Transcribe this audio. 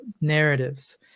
narratives